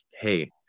hey